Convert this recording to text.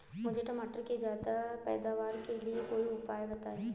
मुझे मटर के ज्यादा पैदावार के लिए कोई उपाय बताए?